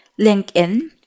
LinkedIn